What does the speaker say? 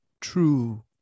true